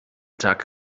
tag